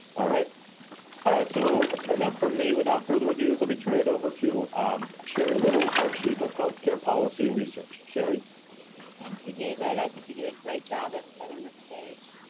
alright alright so enough from me, without further ado, let me turn it over to shari little, our chief of health care policy and research. shari. shari thank you david. i think you did a great job of setting the stage.